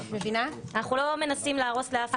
זאת רזולוציה שלא מתאימה לחקיקה ראשית.